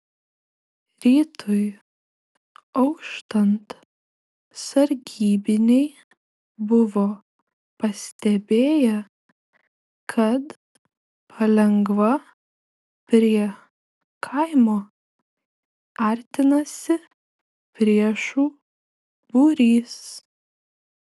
rytui auštant sargybiniai buvo pastebėję kad palengva prie kaimo artinasi priešų būrys